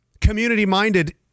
community-minded